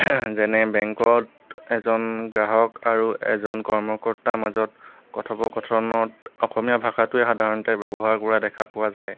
যেনে বেংকত এজন গ্ৰাহক আৰু এজন কৰ্মকৰ্তাৰ মাজত কথোপকথনত অসমীয়া ভাষাটোৱে সাধাৰণতে ব্যৱহাৰ কৰা দেখা পোৱা যায়